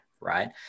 right